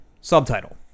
Subtitle